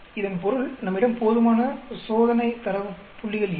இதன் பொருள் நம்மிடம் போதுமான சோதனை தரவு புள்ளிகள் இல்லை